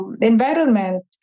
environment